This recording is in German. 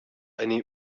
eine